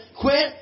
Quit